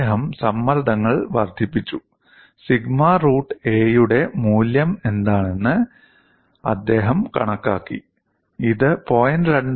അദ്ദേഹം സമ്മർദ്ദങ്ങൾ വർദ്ധിപ്പിച്ചു സിഗ്മ റൂട്ട് a യുടെ മൂല്യം എന്താണെന്ന് അദ്ദേഹം കണക്കാക്കി ഇത് 0